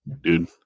dude